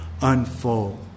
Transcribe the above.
unfold